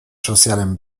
sozialen